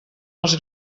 els